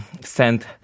sent